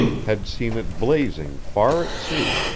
had seen it blazing far at sea,